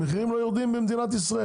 המחירים לא יורדים במדינת ישראל,